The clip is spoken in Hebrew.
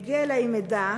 הגיע אלי מידע